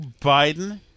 Biden